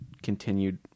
Continued